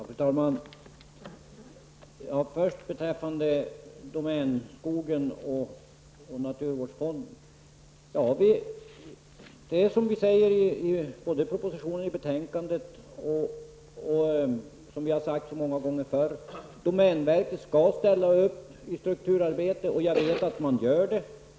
Fru talman! Först några ord beträffande domänskogen och naturvårdsfonden. Det står i både propositionen och betänkandet, och vi har sagt det många gånger förr, att domänverket skall ställa upp i strukturarbete, och jag vet att man gör det.